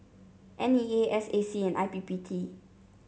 N E A S A C and I P P T